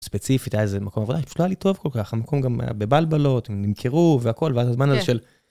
ספציפית, היה איזה מקום עבודה שלא היה לי טוב כל כך, המקום גם היה בבלבלות, אם ימכרו והכול, ואז הזמן הזה של...